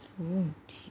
mm